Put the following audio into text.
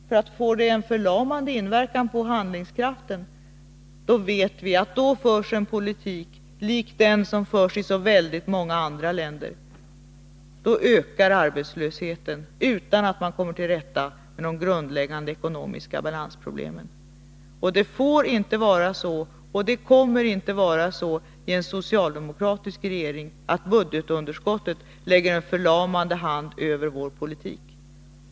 Får det en sådan inverkan på handlingskraften kommer det att föras en politik — det vet vi — liknande den som förs i väldigt många andra länder och som innebär att arbetslösheten ökar utan att man kommer till rätta med de grundläggande ekonomiska balansproblemen. Det får inte vara så, och det kommer inte att vara så i en socialdemokratisk regering, att budgetunderskottet lägger en förlamande hand över vår politik.